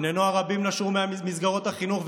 בני נוער רבים נשרו ממסגרות החינוך,